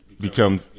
become